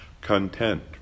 content